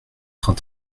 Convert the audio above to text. train